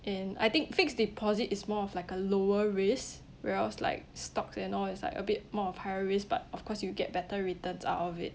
and I think fixed deposit is more of like a lower risk whereas like stocks and all it's like a bit more of high risks but of course you'll get better returns out of it